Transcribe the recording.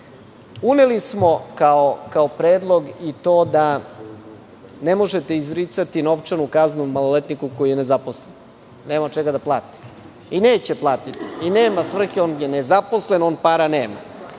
smo kao predlog i to da ne možete izricati novčanu kaznu maloletniku koji je nezaposlen, nema od čega da plati, i neće platiti, i nema svrhe, on je nezaposlen, on para nema.